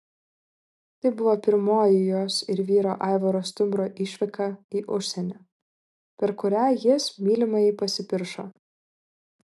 tai buvo pirmoji jos ir vyro aivaro stumbro išvyka į užsienį per kurią jis mylimajai pasipiršo